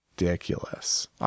ridiculous